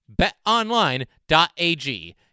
BetOnline.ag